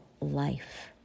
life